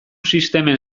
sistemen